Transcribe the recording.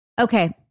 okay